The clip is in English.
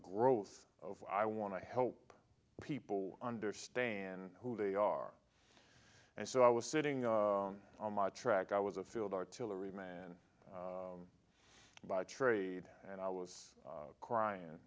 growth of i want to help people understand who they are and so i was sitting on my track i was a field artillery man by trade and i was crying